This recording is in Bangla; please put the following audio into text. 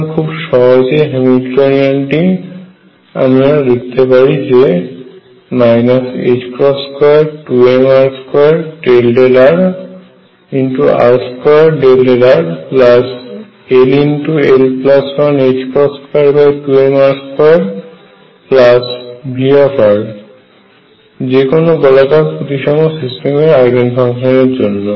সুতরাং খুব সহজেই হ্যামিল্টনীয়ানটি আমরা লিখতে পারি যে ℏ22mr2∂rr2∂rll122mr2V যেকোনো গোলাকার প্রতিসাম্য সিস্টেমের আইগেন ফাংশনের জন্য